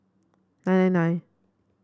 nine nine nine